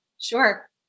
Sure